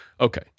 Okay